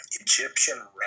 Egyptian